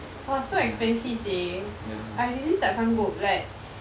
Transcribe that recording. !wah! so expensive seh I really tak sanggup like